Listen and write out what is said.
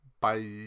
Bye